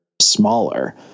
smaller